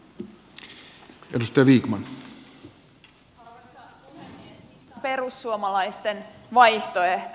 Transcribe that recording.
mikä on perussuomalaisten vaihtoehto